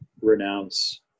renounce